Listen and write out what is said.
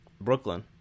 Brooklyn